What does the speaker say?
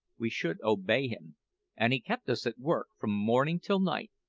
we should obey him and he kept us at work from morning till night,